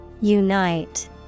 Unite